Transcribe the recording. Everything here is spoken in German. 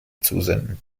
zusenden